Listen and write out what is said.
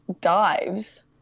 dives